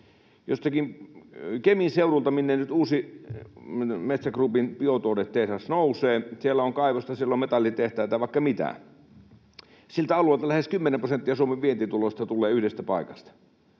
jossakin Kemin seudulla, minne nyt uusi Metsä Groupin biotuotetehdas nousee, on kaivosta, siellä on metallitehtaita ja vaikka mitä, ja lähes 10 prosenttia Suomen vientituloista tulee yhdestä paikasta,